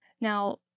Now